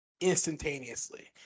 instantaneously